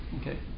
Okay